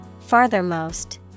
Farthermost